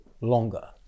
longer